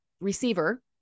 receiver